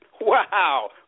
Wow